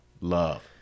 Love